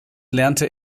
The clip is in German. lernte